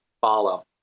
follow